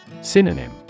Synonym